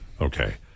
Okay